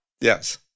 Yes